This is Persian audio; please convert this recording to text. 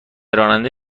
راننده